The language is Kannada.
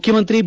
ಮುಖ್ಯಮಂತ್ರಿ ಬಿ